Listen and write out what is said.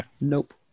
Nope